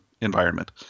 environment